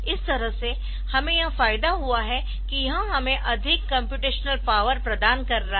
इस तरह से हमें यह फायदा हुआ है कि यह हमें अधिक कम्प्यूटेशनल पावर प्रदान कर रहा है